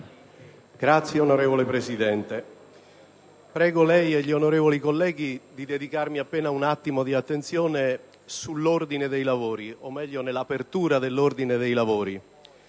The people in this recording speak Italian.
Signor Presidente, prego lei e gli onorevoli colleghi di dedicarmi appena un attimo di attenzione sull'ordine dei lavori o, meglio, sull'apertura dei nostri lavori.